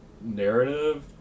narrative